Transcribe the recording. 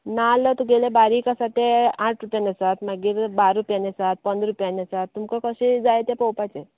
नाल्ल तुगेले बारीक आसा तें आठ रुपयान आसात मागीर धा रुपयान आसा पंदरा रुपयान आसा तुमका कशें जाय तें पोवपाचे